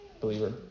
believer